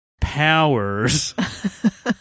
powers